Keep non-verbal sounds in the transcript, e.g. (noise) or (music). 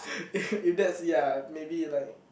(laughs) if that's ya maybe like